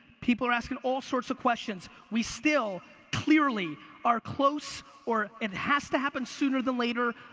people are asking all sorts of questions. we still clearly are close, or it has to happen sooner than later,